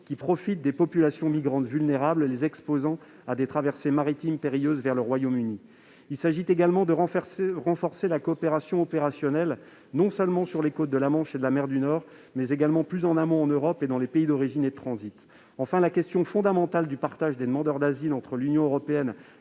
qui profitent des populations migrantes vulnérables, les exposant à des traversées maritimes périlleuses vers le Royaume-Uni. Il s'agit également de renforcer la coopération opérationnelle, non seulement sur les côtes de la Manche et de la mer du Nord, mais également plus en amont en Europe et dans les pays d'origine et de transit. Enfin, la question fondamentale du partage des demandeurs d'asile entre l'Union européenne-